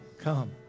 Come